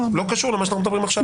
אבל לא קשור למה שאנחנו מדברים עכשיו.